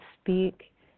speak